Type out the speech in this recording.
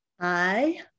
Hi